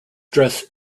dress